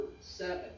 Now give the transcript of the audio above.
seven